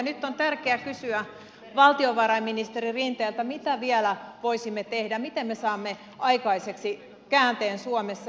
nyt on tärkeää kysyä valtiovarainministeri rinteeltä mitä vielä voisimme tehdä miten me saamme aikaiseksi käänteen suomessa